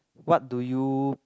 what do you